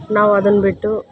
ನಾವು ಅದನ್ನ ಬಿಟ್ಟು